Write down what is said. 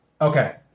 Okay